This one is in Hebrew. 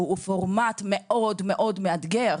שהוא פורמט מאוד-מאוד מאתגר.